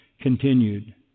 continued